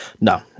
No